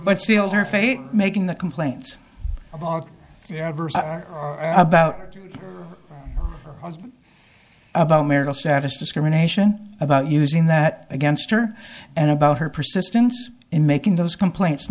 but sealed her fate making the complaint about about about marital status discrimination about using that against her and about her persistence in making those complaints